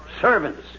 servants